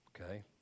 Okay